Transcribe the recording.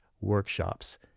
workshops